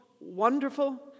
wonderful